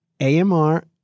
amr